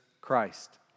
Christ